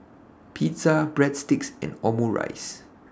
Pizza Breadsticks and Omurice